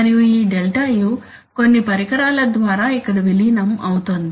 మరియు ఈ ΔU కొన్ని పరికరాల ద్వారా ఇక్కడ విలీనం అవుతోంది